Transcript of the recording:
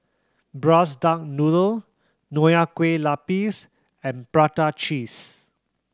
Braised Duck Noodle Nonya Kueh Lapis and prata cheese